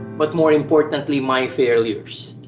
but more importantly, my failures.